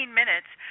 minutes